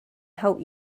help